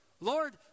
Lord